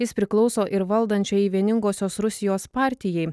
jis priklauso ir valdančiajai vieningosios rusijos partijai